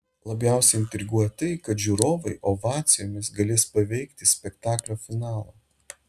labiausiai intriguoja tai kad žiūrovai ovacijomis galės paveikti spektaklio finalą